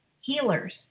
healers